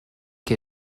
que